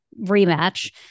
rematch